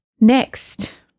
Next